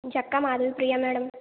Jakka Madhavi Priya madam